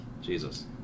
Jesus